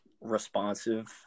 responsive